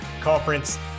conference